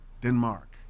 Denmark